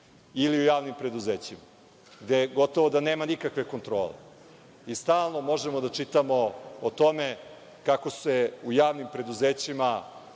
ili u javnim preduzećima, gde gotovo da nema nikakve kontrole. Stalno možemo da čitamo o tome kako se u javnim preduzećima